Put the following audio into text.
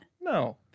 No